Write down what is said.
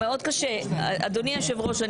אדוני היושב-ראש,